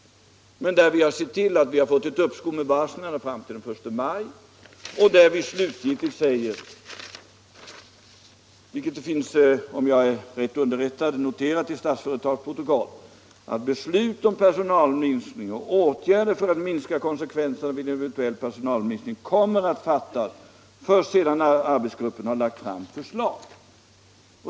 Vi har sett till att det blev uppskov med varslet fram till den 1 maj. Och vi säger slutgiltigt — vilket finns noterat i Statsföretags och Sonabs styrelseprotokoll, om jag är rätt underrättad — att beslutet om personalminskning och åtgärder för att minska konsekvenserna vid en eventuell personalminskning kommer att fattas först sedan arbetsgruppen lagt fram sitt förslag.